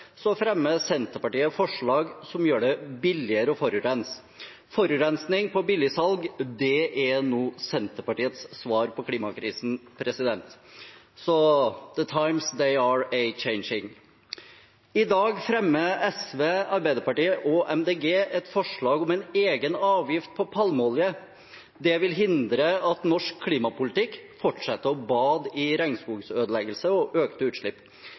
så «the times they are a-changin’». I dag fremmer SV, Arbeiderpartiet og Miljøpartiet De Grønne et forslag om en egen avgift på palmeolje. Det vil hindre at norsk klimapolitikk fortsetter å bade i regnskogsødeleggelse og økte utslipp.